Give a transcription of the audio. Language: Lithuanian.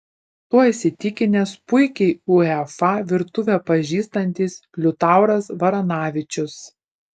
tuo įsitikinęs puikiai uefa virtuvę pažįstantis liutauras varanavičius